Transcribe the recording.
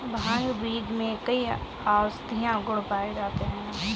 भांग बीज में कई औषधीय गुण पाए जाते हैं